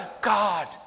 God